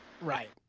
Right